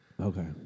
okay